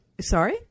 Sorry